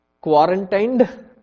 Quarantined